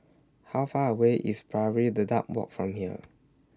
How Far away IS Pari Dedap Walk from here